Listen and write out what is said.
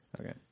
Okay